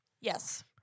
Yes